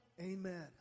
Amen